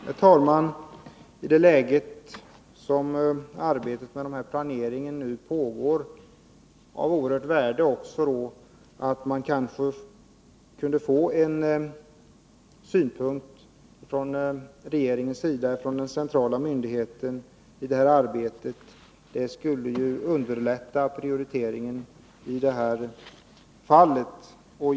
Herr talman! När arbetet med planeringen nu pågår skulle det vara av mycket stort värde, om man kunde få en synpunkt från regeringens sida och från den centrala myndighetens sida. Det skulle underlätta prioriteringen i det här fallet.